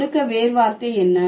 கொடுக்க வேர் வார்த்தை என்ன